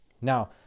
Now